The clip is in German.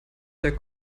der